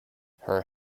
her